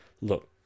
look